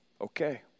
Okay